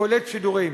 קולט שידורים.